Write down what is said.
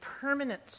permanent